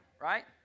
right